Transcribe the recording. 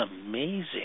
amazing